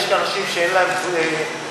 יש אנשים שאין להם רכב.